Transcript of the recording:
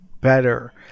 better